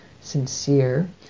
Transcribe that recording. sincere